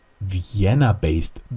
Vienna-based